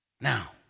Now